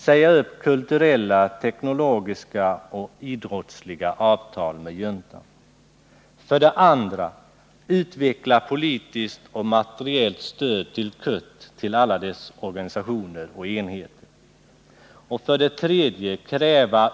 Säga upp kulturella, teknologiska och idrottsliga avtal med juntan. 2. Utveckla politiskt och materiellt stöd till CUT och alla dess organisationer och enheter.